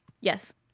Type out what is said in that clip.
Yes